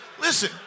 listen